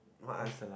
what I